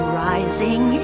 rising